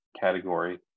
category